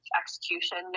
execution